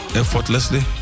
effortlessly